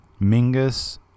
Mingus